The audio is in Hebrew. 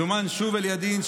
זומן שוב אל ידין,